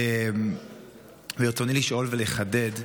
ברצוני לשאול ולחדד,